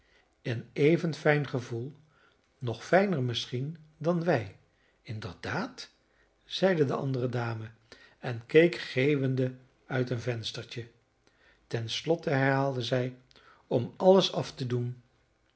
hebben een even fijn gevoel nog fijner misschien dan wij inderdaad zeide de andere dame en keek geeuwende uit een venstertje ten slotte herhaalde zij om alles af te doen